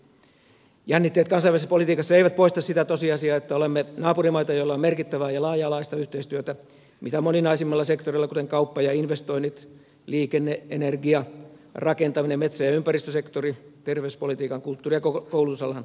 jännitteet kansainvälisessä politiikassa eivät poista sitä tosiasiaa että olemme naapurimaita joilla on merkittävää ja laaja alaista yhteistyötä mitä moninaisimmilla sektoreilla kuten kauppa ja investoinnit liikenne energia rakentaminen metsä ja ympäristösektori sekä terveyspolitiikan ja kulttuuri ja koulutusalan yhteistyö